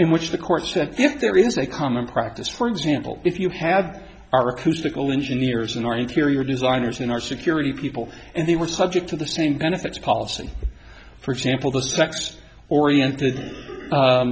in which the court said if there is a common practice for example if you have our acoustical engineers in our interior designers in our security people and they were subject to the same benefits policy for example the sex oriented